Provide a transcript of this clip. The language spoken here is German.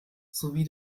sowie